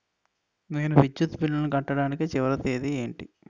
నేను విద్యుత్ బిల్లు కట్టడానికి చివరి తేదీ ఏంటి?